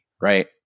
right